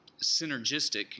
synergistic